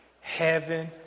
Heaven